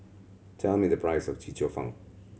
tell me the price of Chee Cheong Fun